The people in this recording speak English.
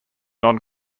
non